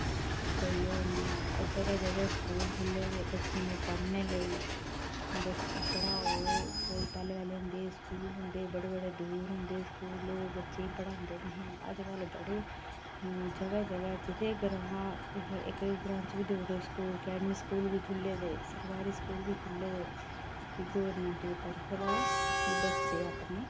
कोई ओह् निं ऐ जगह जगह स्कूल खु'ल्ले दे बच्चें दे पढ़ने लेई ब पढ़ाओ कोई पैह्लें पैह्लें होंदे स्कूल होंदे बड़े बड़े दूर होंदे स्कूल लोग बच्चें पढ़ांदे नेहे अजकल बड़े जगह जगह जित्थै ग्रां इक इक ग्रां च वि दो दो स्कूल अकैडेमी स्कूल वि खुल्ले दे सरकारी स्कूल वि खुल्ले दे कि गोरमैंट दी तरफ दा कि बच्चे अपने